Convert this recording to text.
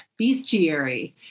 bestiary